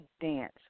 dance